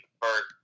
first